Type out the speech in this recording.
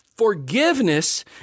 Forgiveness